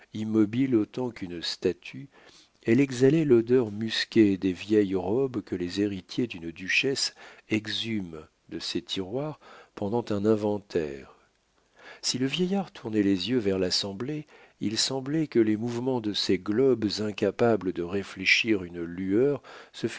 immobile autant qu'une statue elle exhalait l'odeur musquée des vieilles robes que les héritiers d'une duchesse exhument de ses tiroirs pendant un inventaire si le vieillard tournait les yeux vers l'assemblée il semblait que les mouvements de ces globes incapables de réfléchir une lueur